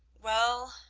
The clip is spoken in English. well,